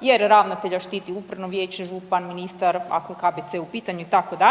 jer ravnatelja štiti Upravno vijeće, župan, ministar ako je KBC u pitanju itd.